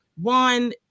One